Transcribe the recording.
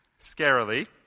scarily